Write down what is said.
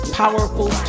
powerful